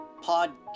podcast